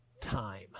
time